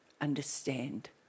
understand